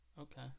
Okay